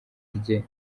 rye